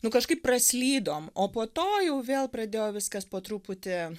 nu kažkaip praslydom o po to jau vėl pradėjo viskas po truputį